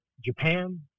Japan